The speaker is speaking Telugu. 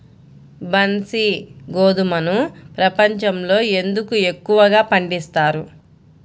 బన్సీ గోధుమను ప్రపంచంలో ఎందుకు ఎక్కువగా పండిస్తారు?